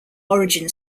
origin